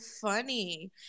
funny